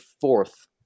fourth